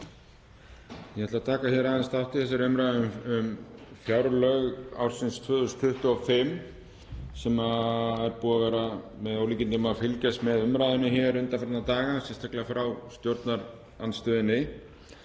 Ég ætla að taka þátt í þessari umræðu um fjárlög ársins 2025. Það er búið er að vera með ólíkindum að fylgjast með umræðunni hér undanfarna daga, sérstaklega hjá stjórnarandstöðunni